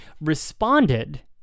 responded